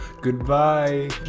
goodbye